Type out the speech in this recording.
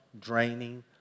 draining